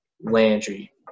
Landry